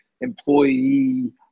employee